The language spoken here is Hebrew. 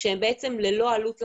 שהם בעצם ללא עלות לחייל,